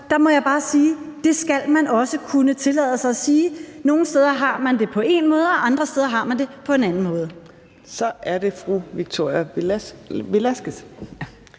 det skal man også kunne tillade sig at sige – at nogle steder har man det på én måde, og andre steder har man det på en anden måde. Kl. 17:07 Fjerde